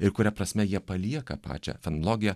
ir kuria prasme jie palieka pačią fenologiją